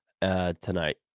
tonight